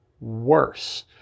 worse